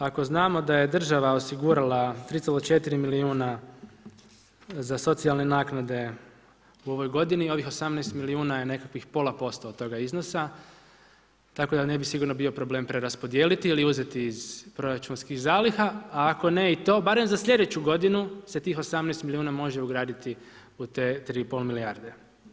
Ako znamo da je država osigurala ... milijuna za socijalne naknade u ovoj godini, ovih 18 milijuna je nekakvih pola posto od toga iznosa, tako da ne bi sigurno bio problem preraspodijeliti ili uzeti iz proračunskih zaliha, a ako ne i to, barem za slijedeću godinu se tih 18 milijuna može ugraditi u te 3 i pol milijarde.